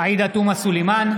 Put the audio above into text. עאידה תומא סלימאן,